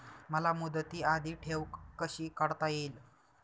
मला मुदती आधी ठेव कशी काढता येईल?